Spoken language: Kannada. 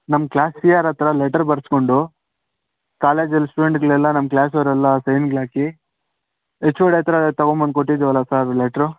ನಮ್ಮ ಕ್ಲಾಸ್ ಸಿ ಆರ್ ಹತ್ತಿರ ಲೆಟ್ರ್ ಬರೆಸ್ಕೊಂಡು ಕಾಲೇಜಲ್ಲಿ ಸ್ಟೂಡೆಂಟ್ಗಳೆಲ್ಲ ನಮ್ಮ ಕ್ಲಾಸವರೆಲ್ಲ ಸೈನ್ಗಳು ಹಾಕಿ ಎಚ್ ಓ ಡಿ ಹತ್ರ ತಗೊಂಬಂದು ಕೊಟ್ಟಿದ್ದೀವಲ್ಲ ಸರ್ ಲೆಟ್ರು